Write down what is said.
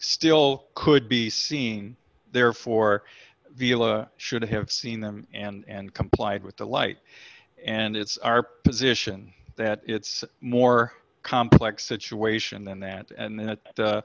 still could be seen therefore vila should have seen them and complied with the light and it's our position that it's more complex situation than that and that